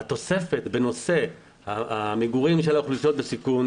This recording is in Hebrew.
התוספת בנושא המגורים של האוכלוסיות בסיכון,